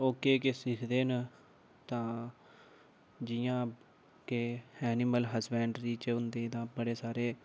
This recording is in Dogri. ओह् केह् केह् सिखदे न तां जियां कि ऐनीमल हसबैंड्री च होंदी तां बड़े सारे